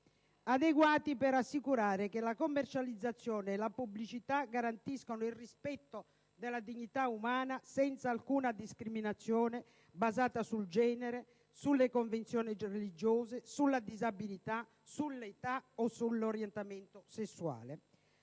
adeguati per assicurare che la commercializzazione e la pubblicità garantiscano il rispetto della dignità umana, senza alcuna discriminazione basata sul genere, sulle convinzioni religiose, sulla disabilità, sull'età o sull'orientamento sessuale.